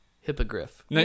Hippogriff